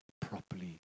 properly